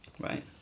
right